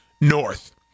North